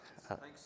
Thanks